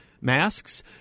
masks